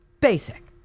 basic